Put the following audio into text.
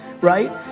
right